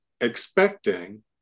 expecting